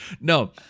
No